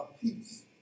peace